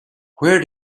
where